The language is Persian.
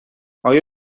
آیا